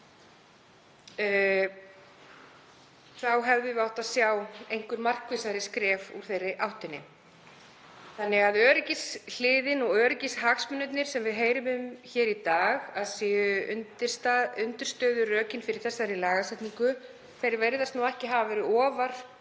Þá hefðum við átt að sjá einhver markvissari skref úr þeirri áttinni. Þannig að öryggishliðin og öryggishagsmunirnir sem við heyrum um hér í dag að séu undirstöðurökin fyrir þessari lagasetningu virðast ekki hafa verið ofar